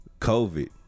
COVID